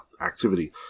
activity